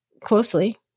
closely